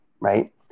right